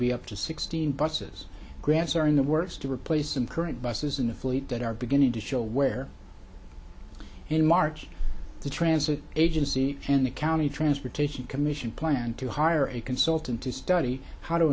be up to sixteen busses grants are in the works to replace and current buses in the fleet that are beginning to show where in march the transit agency and the county transportation commission planned to hire a consultant to study how to